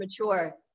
mature